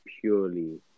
purely